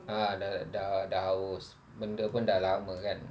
ah dia dah dah haus benda pun dah lama kan